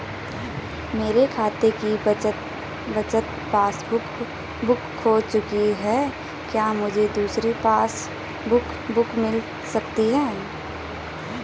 मेरे खाते की बचत पासबुक बुक खो चुकी है क्या मुझे दूसरी पासबुक बुक मिल सकती है?